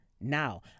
now